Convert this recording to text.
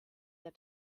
der